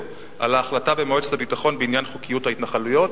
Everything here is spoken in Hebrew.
על ההחלטה במועצת הביטחון בעניין חוקיות ההתנחלויות.